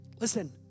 Listen